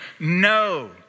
No